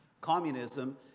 Communism